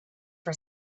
for